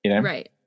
Right